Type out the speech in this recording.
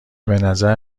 بنظر